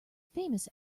famous